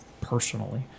personally